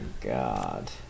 God